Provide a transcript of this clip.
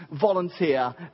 volunteer